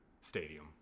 stadium